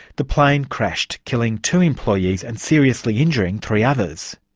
the plane crashed, killing two employees and seriously injuring three others.